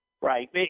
Right